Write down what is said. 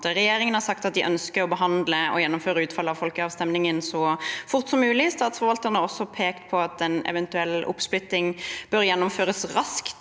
Regjeringen har sagt at de ønsker å behandle og gjennomføre utfallet av folkeavstemningen så fort som mulig. Statsforvalteren har også pekt på at en eventuell oppsplitting bør gjennomføres raskt